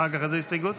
אחר כך איזו הסתייגות?